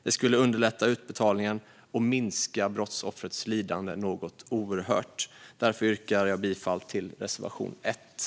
Det skulle underlätta utbetalningen och minska brottsoffrets lidande något oerhört. Därför yrkar jag bifall till reservation 1.